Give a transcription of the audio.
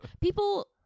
People